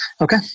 Okay